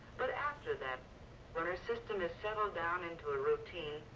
but after that when her system has settled down into a routine,